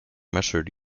measured